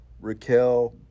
Raquel